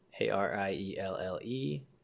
A-R-I-E-L-L-E